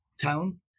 town